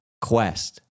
quest